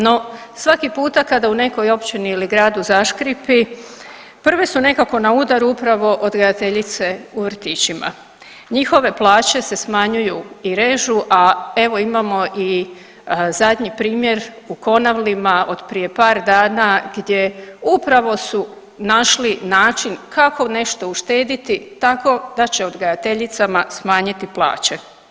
No svaki puta kada u nekoj općini ili gradu zaškripi prve su nekako na udaru upravo odgajateljice u vrtićima, njihove plaće se smanjuju i režu, a evo imamo i zadnji primjer u Konavlima od prije par dana gdje upravo su našli način kako nešto uštediti tako da će odgajateljicama smanjiti plaće.